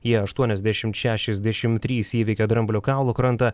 jie aštuoniasdešim šešiasdešim trys įveikė dramblio kaulo krantą